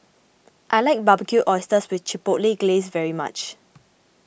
I like Barbecued Oysters with Chipotle Glaze very much